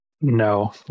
No